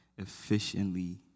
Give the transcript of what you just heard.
Efficiently